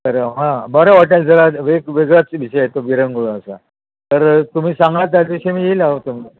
तर हां बरं वाटेल जरा वेग वेगळाच विषय आहे तो विरंगुळा असा तर तुम्ही सांगा त्या दिवशी मी येईल हवं तर मग